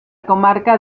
comarca